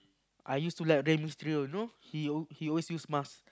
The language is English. I used to like Rey-Mysterio you know he al~ he always use mask